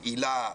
היל"ה,